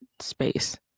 space